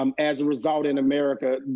um as a result in america.